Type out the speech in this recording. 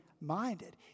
minded